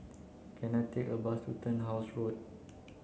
can I take a bus to Turnhouse Road